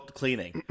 cleaning